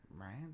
Right